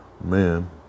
man